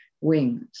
wings